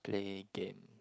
play game